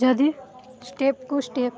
ଯଦି ଷ୍ଟେପ୍କୁ ଷ୍ଟେପ୍